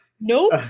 nope